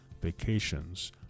vacations